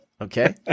Okay